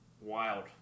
wild